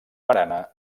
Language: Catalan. barana